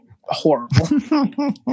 horrible